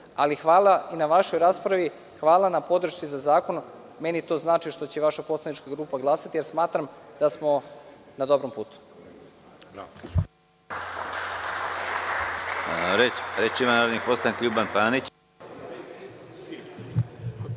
Hvala i na vašoj raspravi, hvala na podršci na zakon. Znači mi što će vaša poslanička grupa glasati, jer smatram da smo na dobrom putu.